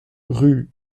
rue